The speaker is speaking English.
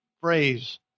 phrase